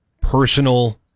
personal